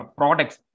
products